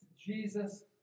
Jesus